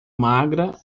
magra